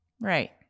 right